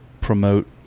promote